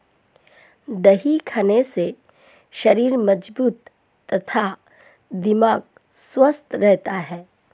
दही खाने से शरीर मजबूत तथा दिमाग स्वस्थ रहता है